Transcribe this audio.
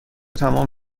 تمام